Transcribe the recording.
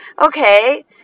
okay